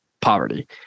poverty